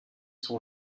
sont